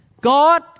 God